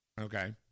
Okay